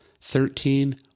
Thirteen